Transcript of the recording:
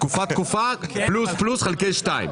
תקופה תקופה פלוס פלוס חלקי שתיים.